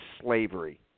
slavery